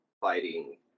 fighting